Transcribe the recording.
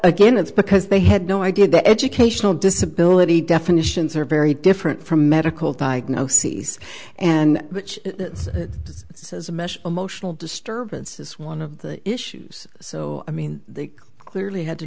again it's because they had no idea that educational disability definitions are very different from medical diagnoses and which says a mesh emotional disturbance is one of the issues so i mean they clearly had to